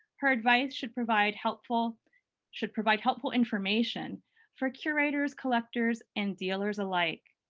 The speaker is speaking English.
her advice should provide helpful should provide helpful information for curators, collectors, and dealers alike.